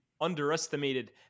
underestimated